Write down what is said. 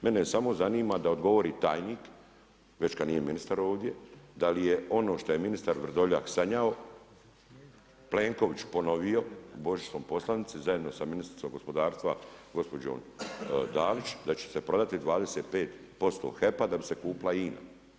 Mene samo zanima da odgovori tajnik, već kad nije ministar ovdje, da li je ono što je ministar Vrdoljak sanjao, Plenković ponovio u božićnoj poslanici zajedno sa ministricom gospodarstva gospođom Dalić, da će se prodati 25% HEP-a da bi se kupila INA.